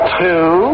two